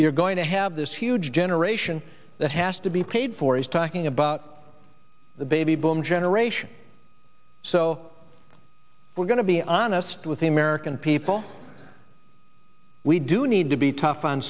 you're going to have this huge generation that has to be paid for is talking about the baby boom generation so we're going to be honest with the american people we do need to be tough on